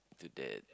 to that